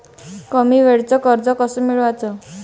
कमी वेळचं कर्ज कस मिळवाचं?